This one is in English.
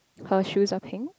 her shoes are pink